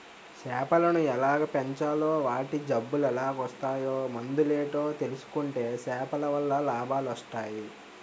సేపలను ఎలాగ పెంచాలో వాటి జబ్బులెలాగోస్తాయో మందులేటో తెలుసుకుంటే సేపలవల్ల లాభాలొస్టయి